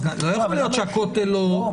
לא יכול להיות שהכותל לא --- לא,